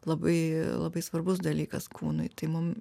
labai labai svarbus dalykas kūnui tai mum